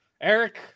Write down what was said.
Eric